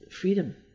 freedom